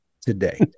today